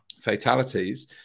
fatalities